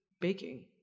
baking